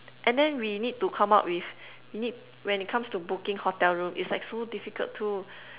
and then we need to come up with you need when it comes to booking hotel room it's like so difficult too